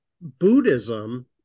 Buddhism